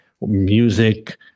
music